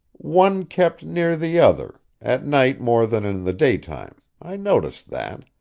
one kept near the other, at night more than in the daytime. i noticed that.